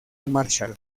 marshall